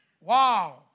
wow